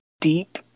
deep